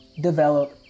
develop